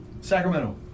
Sacramento